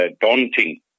daunting